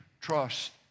Trust